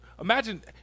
Imagine